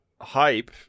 hype